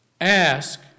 Ask